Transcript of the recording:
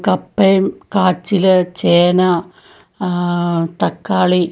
കപ്പയും കാച്ചില് ചേന തക്കാളി